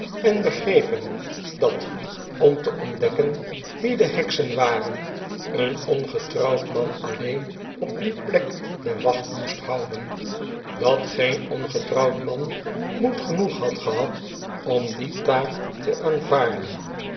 en begrepen dat om te ontdekken wie de heksen waren een ongetrouwd man alleen op die plek de wacht moest houden dat geen ongetrouwd man moed genoeg had gehad om die taak te aanvaarden